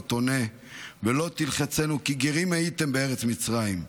תונה ולא תלחצנו כי גרים הייתם בארץ מצרים.